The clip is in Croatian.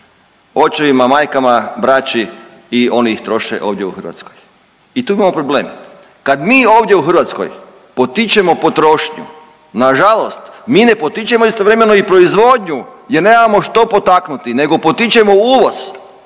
očevima, majkama, braći i oni ih troše ovdje u Hrvatskoj i tu imamo problem. Kad mi ovdje u Hrvatskoj potičemo potrošnju nažalost mi ne potičemo istovremeno i proizvodnju jer nemamo što potaknuti nego potičemo uvoz,